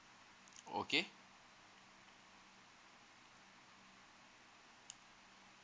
okay